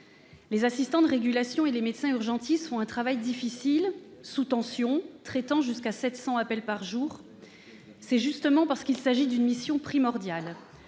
Les assistants de régulation et les médecins urgentistes font un travail difficile. Sous tension, ils traitent jusqu'à 700 appels par jour. C'est justement parce qu'il s'agit d'une mission primordiale,